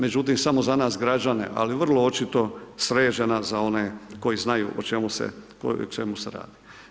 Međutim, samo za nas građane, ali vrlo očito sređena za one koji znaju o čemu se radi.